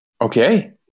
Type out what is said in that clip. Okay